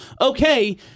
okay